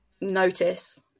notice